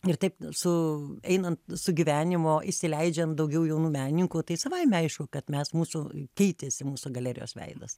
ir taip su einant su gyvenimu įsileidžiant daugiau jaunų meninikų tai savaime aišku kad mes mūsų keitėsi mūsų galerijos veidas